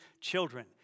children